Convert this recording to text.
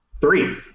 Three